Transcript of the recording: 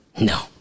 No